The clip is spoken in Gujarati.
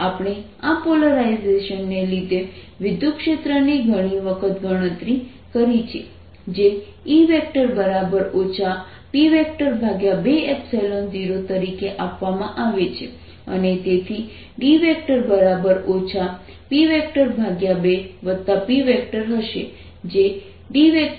આપણે આ પોલરાઇઝેશનને લીધે વિદ્યુતક્ષેત્રની ઘણી વખત ગણતરી કરી છે જે E P20 તરીકે આપવામાં આવે છે અને તેથી D P2P હશે જે DP2 છે